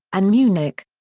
and munich.